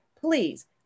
please